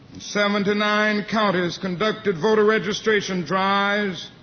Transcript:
seventy-nine counties conducted voter registration drives,